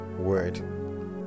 word